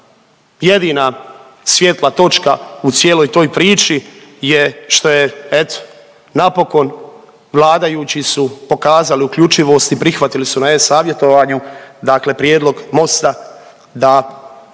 jedina svjetla točka u cijeloj toj priči je što je, eto napokon vladajući su pokazali uključivost i prihvatili su na e-savjetovanju dakle prijedlog Mosta da ne